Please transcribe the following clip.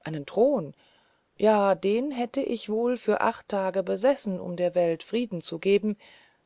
einen thron ja den hätte ich wohl für acht tage besessen um der welt frieden zu geben